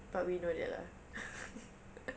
but we know that lah